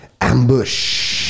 Ambush